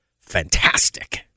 fantastic